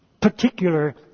particular